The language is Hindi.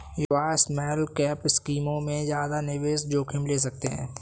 युवा स्मॉलकैप स्कीमों में ज्यादा निवेश जोखिम ले सकते हैं